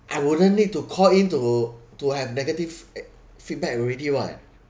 I wouldn't need to call in to to have negative eh feedback already [what]